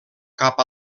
cap